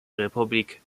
republik